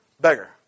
beggar